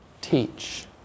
teach